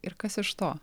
ir kas iš to